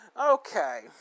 Okay